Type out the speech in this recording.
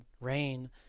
rain